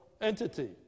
entity